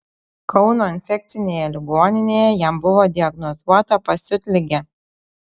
kauno infekcinėje ligoninėje jam buvo diagnozuota pasiutligė